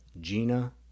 Gina